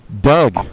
Doug